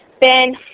Ben